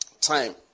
time